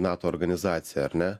nato organizaciją ar ne